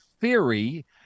theory